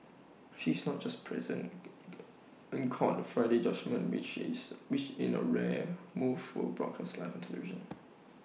she is not just present in court Friday judgement which is which in A rare move was broadcast live on television